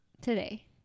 Today